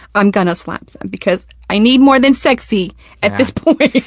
i'm gonna slap them, because i need more than sexy at this point.